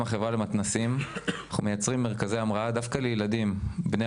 החברה למתנ"סים אנחנו מקימים מרכזי המראה דווקא לילדים בני